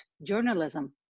journalism